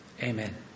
Amen